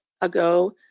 ago